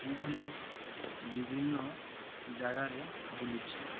ଏଇଭଳି ବିଭିନ୍ନ ଜାଗାରେ ବୁଲିଛିି ମୁଁ